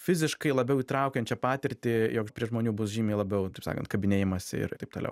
fiziškai labiau įtraukiančią patirtį jog prie žmonių bus žymiai labiau taip sakant kabinėjamasi ir taip toliau